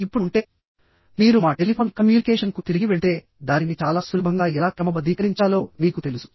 ఇప్పుడు ఉంటే మీరు మా టెలిఫోన్ కమ్యూనికేషన్కు తిరిగి వెళ్తే దానిని చాలా సులభంగా ఎలా క్రమబద్ధీకరించాలో మీకు తెలుసు